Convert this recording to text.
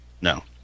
No